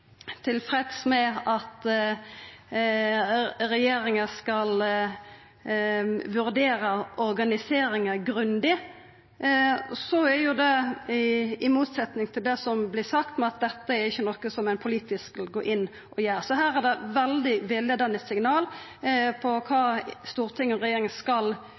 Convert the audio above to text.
tilfreds med at regjeringa skal vurdera organiseringa grundig, er det i motsetnad til det som vert sagt om at dette er ikkje noko som ein politisk går inn og gjer. Så her er det veldig villeiande signal om kva storting og regjering skal